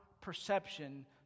perception